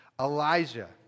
Elijah